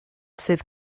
sydd